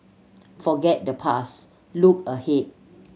forget the past look ahead